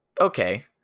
Okay